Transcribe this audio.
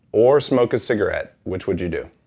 or smoke a cigarette, which would you do?